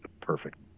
perfect